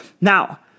Now